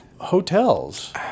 hotels